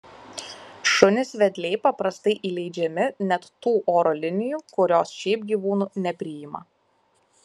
šunys vedliai paprastai įleidžiami net tų oro linijų kurios šiaip gyvūnų nepriima